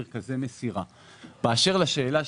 בסדר,